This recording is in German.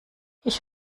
ich